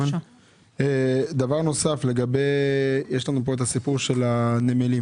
גם הסיפור של הנמלים.